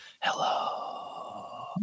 hello